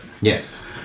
yes